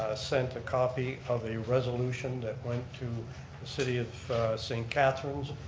sent a copy of a resolution that went to the city of st. catherine's,